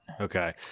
Okay